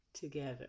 Together